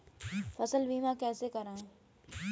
फसल बीमा कैसे कराएँ?